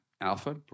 alpha